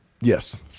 Yes